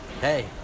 hey